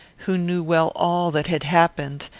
who knew well all that had happened,